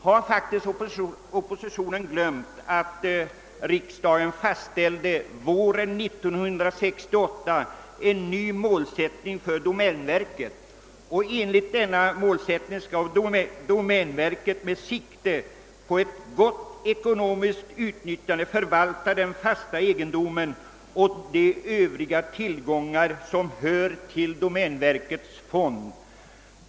Har man inom oppositionen verkligen glömt att riksdagen på våren 1968 fastställde en ny målsättning för domänverket, enligt vilken domänverket skall »med sikte på ett gott ekonomiskt utnyttjande förvalta den fasta egendom och de övriga tillgångar, som hör till domänverkets fond.